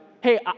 hey